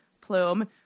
plume